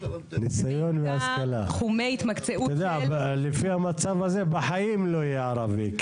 אתה יודע, לפי המצב הזה בחיים לא יהיה ערבי.